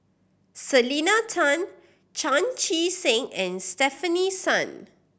Selena Tan Chan Chee Seng and Stefanie Sun